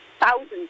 thousands